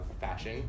fashion